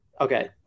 Okay